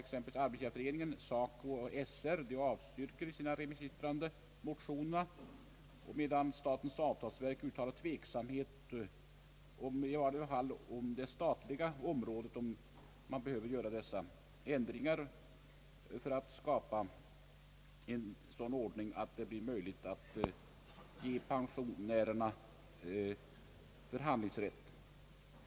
Svenska arbetsgivareföreningen, SACO och Statstjänstemännens riksförbund avstyrker motionerna i sina remissyttranden, under det att statens avtalsverk uttalar tveksamhet beträffande förslaget, i varje fall vad gäller det statliga området, om att införa en sådan ordning att det blir möjligt att ge pensionärerna förhandlingsrätt.